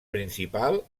principal